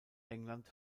england